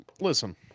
Listen